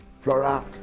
Flora